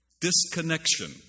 disconnection